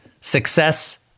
success